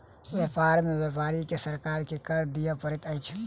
व्यापार में व्यापारी के सरकार के कर दिअ पड़ैत अछि